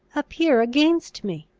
appear against me!